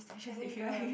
let me draw a